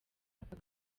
aka